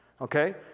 Okay